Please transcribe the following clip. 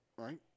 Right